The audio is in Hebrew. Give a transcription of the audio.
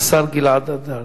השר גלעד ארדן.